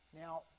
Now